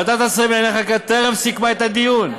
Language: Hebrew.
ועדת השרים לענייני חקיקה טרם סיכמה את הדיון.